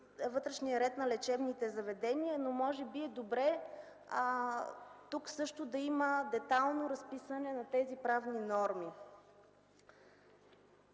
вътрешния ред на лечебните заведения, но може би е добре тук също да има детайлно разписване на тези правни норми.